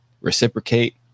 reciprocate